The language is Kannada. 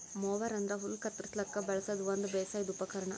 ಮೊವರ್ ಅಂದ್ರ ಹುಲ್ಲ್ ಕತ್ತರಸ್ಲಿಕ್ ಬಳಸದ್ ಒಂದ್ ಬೇಸಾಯದ್ ಉಪಕರ್ಣ್